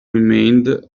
remained